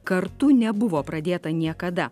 kartu nebuvo pradėta niekada